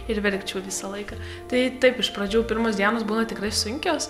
ir verkčiau visą laiką tai taip iš pradžių pirmos dienos būna tikrai sunkios